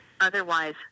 Otherwise